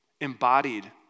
embodied